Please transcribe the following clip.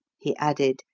he added,